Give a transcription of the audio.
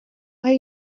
are